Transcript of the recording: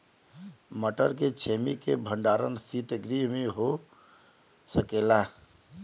मटर के छेमी के भंडारन सितगृह में हो सकेला?